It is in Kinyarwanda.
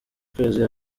ukwezi